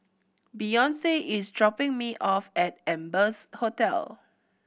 Beyonce is dropping me off at Amber's Hotel